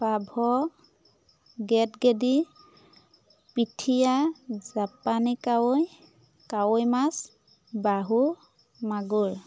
পাভ গেটগেদি পিঠিয়া জাপানী কাৱৈ কাৱৈ মাছ বাহু মাগুৰ